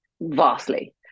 vastly